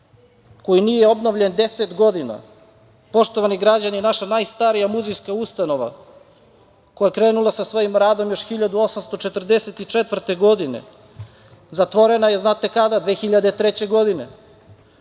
koji nije obnovljen 10 godina, poštovani građani, naša najstarija muzejska ustanova, koja je krenula sa svojim radom još 1844. godine, zatvorena je znate kada? Pa 2003. godine,